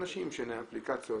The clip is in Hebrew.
אנשים שאין להם אפליקציות,